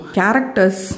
characters